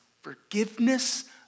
forgiveness